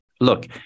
Look